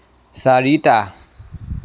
চাৰিটা